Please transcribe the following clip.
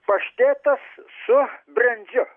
paštetas su brendžiu